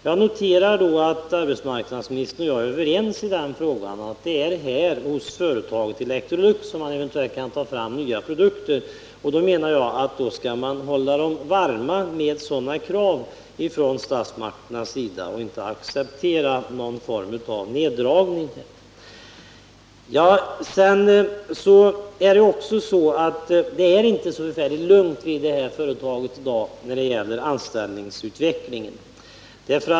Jag noterar att arbetsmarknadsministern och jag är överens om att det är vid Electrolux som man eventuellt kan ta fram nya produkter. Då skall, enligt min mening, statsmakterna också hålla Electrolux varm med sådana krav och inte acceptera någon form av neddragning. Det är inte särskilt lugnt vid det här företaget när det gäller anställningsutvecklingen.